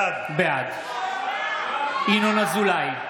בעד ינון אזולאי,